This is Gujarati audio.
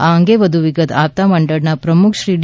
આ અંગે વધુ વિગતો આપતા મંડળના પ્રમુખ શ્રી ડી